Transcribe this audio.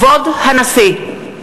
כבוד הנשיא!